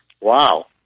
wow